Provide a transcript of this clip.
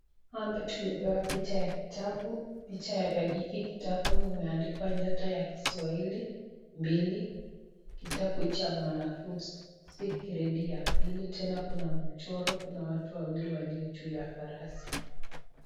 Hapa tumepewa picha ya kitabu, picha ya hiki kitabu imeandikwa nyota ya kiswahili mbili, kitabu cha mwanafunzi gredi ya pili tena kuna mchoro kuna watu wawili walio juu ya farasi.